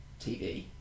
TV